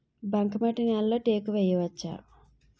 బంకమట్టి నేలలో టేకు వేయవచ్చా?